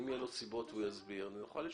אם יהיו לו סיבות, הוא יוכל לשנות.